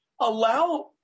allow